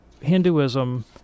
Hinduism